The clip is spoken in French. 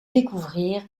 découvrir